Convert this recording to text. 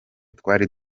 twari